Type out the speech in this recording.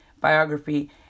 biography